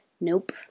Nope